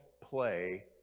play